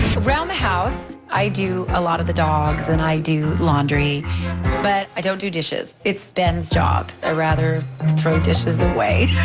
around the house i do a lot of the dogs and i do laundry but i don't do dishes. it's ben's job. i'd ah rather throw dishes away.